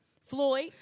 Floyd